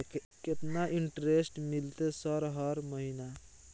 केतना इंटेरेस्ट मिलते सर हर महीना?